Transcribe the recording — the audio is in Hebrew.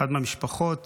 אחת מהמשפחות